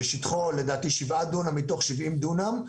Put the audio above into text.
ששטחו לדעתי שבעה דונם מתוך 70 דונם.